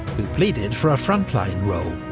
who pleaded for a frontline role,